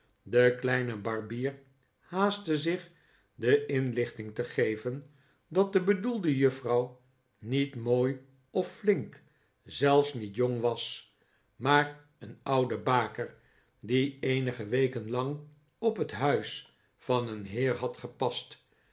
de kleine barbier haastte zich de inlichting te geven dat de bedoelde juffrouw niet mooi of flink zelfs niet jong was maar een oude baker die eenige weken lang op het huis van een heer had gepast